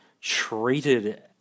treated